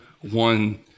one